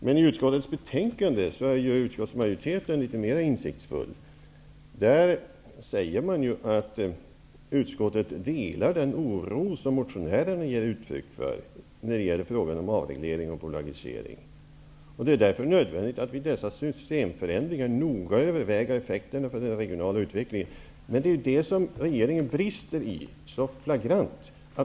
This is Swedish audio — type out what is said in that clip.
Men i utskottets betänkande är utskottsmajoriteten litet mera insiktsfull. Den uttalar där i frågan om avreglering och bolagisering: ''Den oro som motionärerna ger uttryck för delas av utskottet. Det är därför nödvändigt att vid dessa systemförändringar noga överväga effekterna för den regionala utvecklingen.'' Men det är i det avseendet som regeringen brister så flagrant.